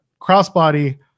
crossbody